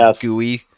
gooey